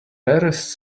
rarest